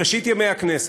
בראשית ימי הכנסת,